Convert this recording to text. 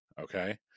okay